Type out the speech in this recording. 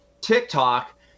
TikTok